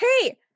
hey